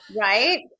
Right